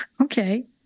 okay